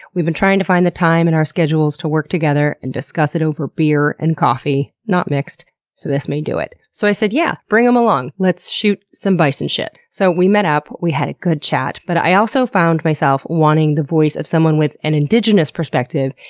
we've been trying to find the time in our schedules to work together and discuss it over beer, and coffee not mixed so this may do it. so i said yeah, bring him along. let's shoot some bison shit. so we met up, we had a good chat, but i also found myself wanting the voice of someone with an indigenous perspective,